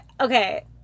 Okay